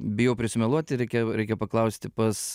bijau prisimeluoti reikia reikia paklausti pas